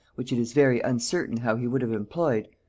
which it is very uncertain how he would have employed,